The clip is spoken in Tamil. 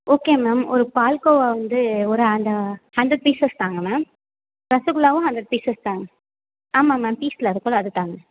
ஓகே மேம் ஒரு பால்கோவா வந்து ஒரு அந்த ஹண்ட்ரேட் பீஸஸ் தாங்க மேம் ரசகுல்லாவும் ஹண்ட்ரேட் பீஸஸ் தாங்க ஆமாம் மேம் பீஸ்ல இருக்குதுல்ல அது தாங்க